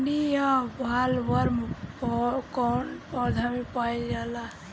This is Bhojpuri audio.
सुंडी या बॉलवर्म कौन पौधा में पाइल जाला?